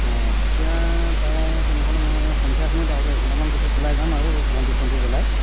অঁ এতিয়া প্ৰায় তেনেহ'লে মই সন্ধিয়া সময়ত আৰু এঘণ্টামান পিছত ওলাই যাম আৰু বন্তি চন্তি জ্বলাই